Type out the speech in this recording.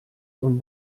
und